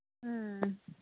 ꯎꯝ